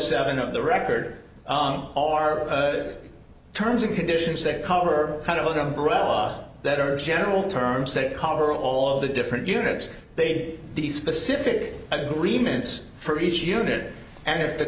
seven of the record are terms and conditions that cover kind of an umbrella that are general terms that cover all of the different units they may be specific agreements for each unit and if the